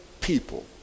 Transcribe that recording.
people